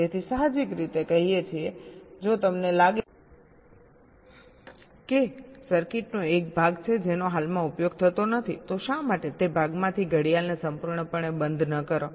તેથી સાહજિક રીતે કહીએ કે જો તમને લાગે કે સર્કિટનો એક ભાગ છે જેનો હાલમાં ઉપયોગ થતો નથી તો શા માટે તે ભાગમાંથી ઘડિયાળને સંપૂર્ણપણે બંધ ન કરો